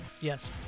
yes